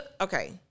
Okay